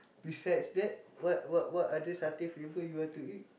besides that what what what other satay flavour you want to eat